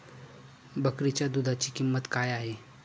बकरीच्या दूधाची किंमत काय आहे?